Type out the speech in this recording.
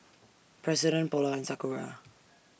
President Polar and Sakura